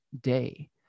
day